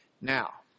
Now